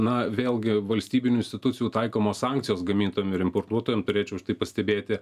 na vėlgi valstybinių institucijų taikomos sankcijos gamintojam ir importuotojam turėčiau aš taip pastebėti